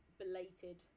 belated